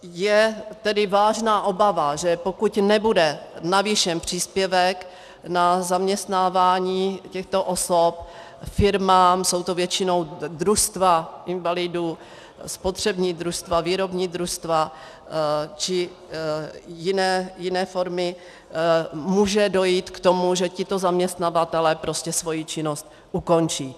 Je tedy vážná obava, že pokud nebude navýšen příspěvek na zaměstnávání těchto osob firmám, jsou to většinou družstva invalidů, spotřební družstva, výrobní družstva či jiné formy, může dojít k tomu, že tito zaměstnavatelé prostě svoji činnost ukončí.